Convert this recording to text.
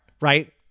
right